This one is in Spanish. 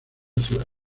ciudad